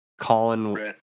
Colin